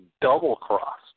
double-crossed